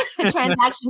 transaction